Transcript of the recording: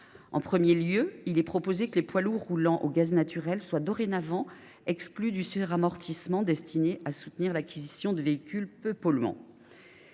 En premier lieu, il est proposé que les poids lourds roulant au gaz naturel soient dorénavant exclus du suramortissement destiné à soutenir l’acquisition de véhicules peu polluants.